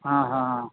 हा हा